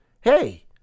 Hey